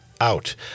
out